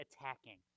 attacking